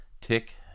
Tick